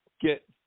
get